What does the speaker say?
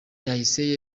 yahise